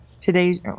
today